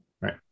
right